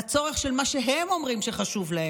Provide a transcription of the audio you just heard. לצורך של מה שהם אומרים שחשוב להם,